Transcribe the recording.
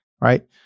Right